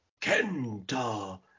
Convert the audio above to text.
Kenta